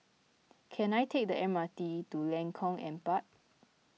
can I take the M R T to Lengkong Empat